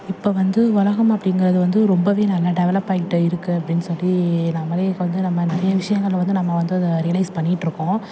இப்போ வந்து உலகம் அப்படிங்கிறது வந்து ரொம்பவே நல்லா டெவலப் ஆகிக்கிட்டே இருக்குது அப்படின்னு சொல்லி நாம்மளே இப்போ வந்து நம்ம நிறைய விஷயங்கள வந்து நம்ம வந்து அதை ரியலைஸ் பண்ணிட்டுருக்கோம்